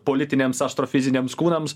politiniams astrofiziniams kūnams